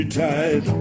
tight